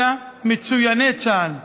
אלא "מצויני צה"ל"